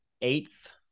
eighth